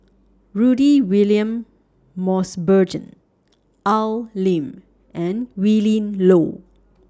Rudy William Mosbergen Al Lim and Willin Low